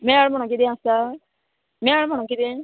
मेळ म्हणा किदें आसा मेळ म्हणो किदें